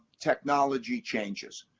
technology changes.